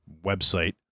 website